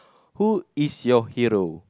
who is your hero